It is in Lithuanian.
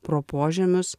pro požemius